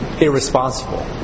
irresponsible